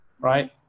Right